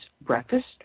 breakfast